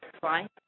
fine